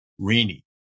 Rini